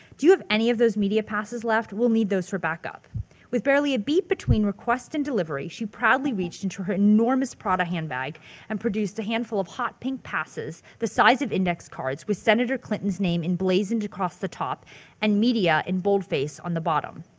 do you have any of those media passes left? we'll need those for backup with barely a beat between request and delivery she proudly reached into her enormous prada handbag and produced a handful of hot pink passes the size of index cards with senator clinton's name emblazoned across the top and media in boldface on the bottom.